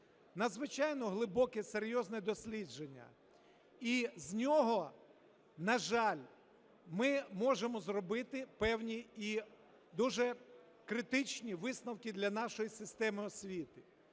надзвичайно глибоке, серйозне дослідження. І з нього, на жаль, ми можемо зробити певні і дуже критичні висновки для нашої системи освіти.